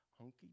hunky